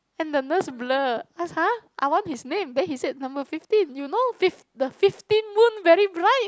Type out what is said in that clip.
and the nurse blur ask !huh! I want his name then he said number fifteen you know fif~ the fifteen moon very bright